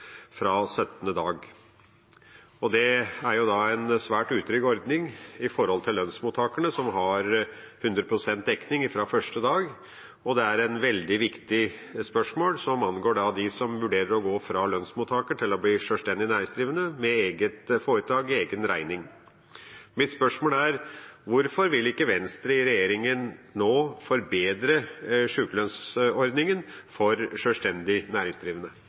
fra 17. dag. Det er en svært utrygg ordning i forhold til lønnsmottakerne, som har 100 pst. dekning fra første dag, og det er et veldig viktig spørsmål som angår dem som vurderer å gå fra å være lønnsmottaker til å bli sjølstendig næringsdrivende, med eget foretak og egen regning. Mitt spørsmål er: Hvorfor vil ikke Venstre i regjering nå forbedre sykelønnsordningen for sjølstendig næringsdrivende?